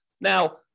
Now